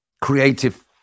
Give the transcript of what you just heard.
creative